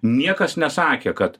niekas nesakė kad